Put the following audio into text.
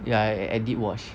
ya I I did watch